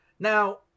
Now